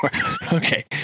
Okay